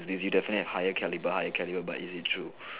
if you definitely have higher caliber higher caliber but is it true